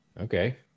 okay